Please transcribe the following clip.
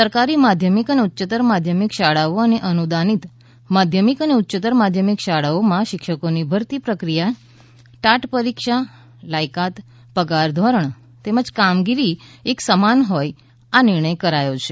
સરકારી માધ્યમિક અને ઉચ્યત્તર માધ્યમિક શાળાઓ અને અનુદાનિત માધ્યમિક અને ઉચ્યત્તર માધ્યમિક શાળાઓમાં શિક્ષકોની ભરતી પ્રક્રિયા ટાટ પરીક્ષા લાયકાત પગાર ધોરણ તેમજ કામગીરી એક સમાન હોય આ નિર્ણય કરાયો છે